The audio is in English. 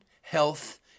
health